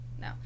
no